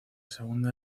segunda